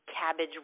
cabbage